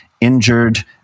injured